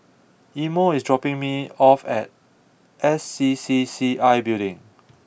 Imo is dropping me off at S C C C I Building